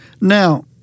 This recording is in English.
Now